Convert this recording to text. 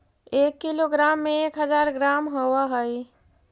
एक किलोग्राम में एक हज़ार ग्राम होव हई